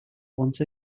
once